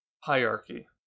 hierarchy